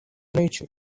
nature